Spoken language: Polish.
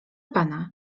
pana